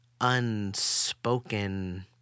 unspoken